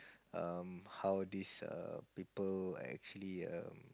um how this err people actually um